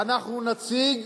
ואנחנו נציג